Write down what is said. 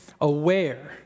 aware